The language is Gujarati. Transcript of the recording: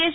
એસ